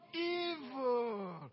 evil